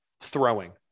throwing